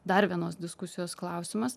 dar vienos diskusijos klausimas